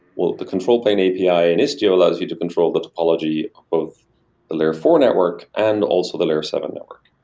well, the control plane api in istio allows you to control the topology of both the layer four network and also the layer seven network